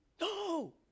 No